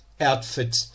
outfit